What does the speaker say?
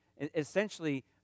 Essentially